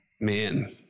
man